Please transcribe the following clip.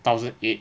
thousand eight